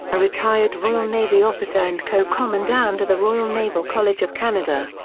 a retired royal navy officer and co-commandant of the royal naval college of canada.